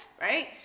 right